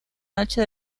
noche